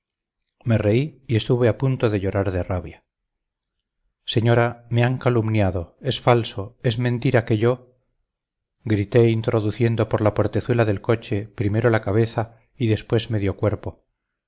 me reí y estuve a punto de llorar de rabia señora me han calumniado es falso es mentira que yo grité introduciendo por la portezuela del coche primero la cabeza y después medio cuerpo